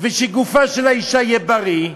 ושגופה של האישה יהיה בריא.